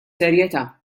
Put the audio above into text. serjetà